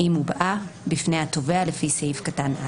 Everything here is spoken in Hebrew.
אם הובעה בפני התובע לפי סעיף קטן (א)".